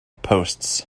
posts